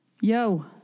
Yo